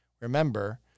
remember